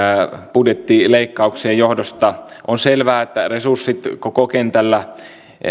budjettileikkauksien johdosta on selvää että resurssit koko kentällä